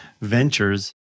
ventures